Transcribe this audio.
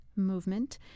movement